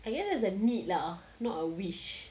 I guess that's a need lah not a wish